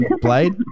Blade